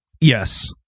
Yes